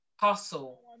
Hustle